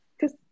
Cause